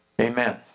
Amen